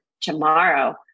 tomorrow